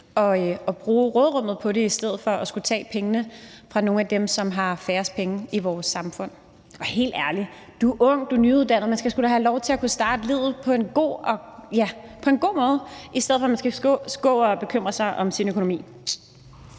at bruge råderummet på det i stedet for at skulle tage pengene fra nogle af dem, som har færrest penge i vores samfund. Helt ærlig, man er ung, man er nyuddannet, man skal sgu da have lov til at starte livet på en god måde, i stedet for at man skal gå og bekymre sig om sin økonomi.